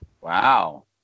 Wow